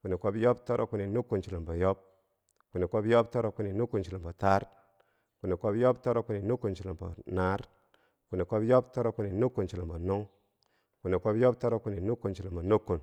kwini kwob yob toro kwini nukkun chulumbo yob, kwini kwob yob toro kwini nukkun chulumbo taar, kwini kwob yob toro kwini nukkun chulumbo naar, kwini kwob yob toro kwini nukkun chulumbo nung, kwini kwob yob toro kwini nukkun chulumbo nukkun.